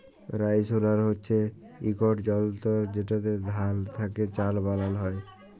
rice huller হছে ইকট যলতর যেটতে ধাল থ্যাকে চাল বালাল হ্যয়